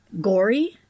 gory